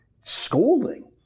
scolding